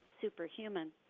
superhuman